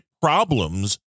problems